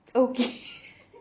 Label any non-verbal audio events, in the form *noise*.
okay *noise*